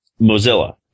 Mozilla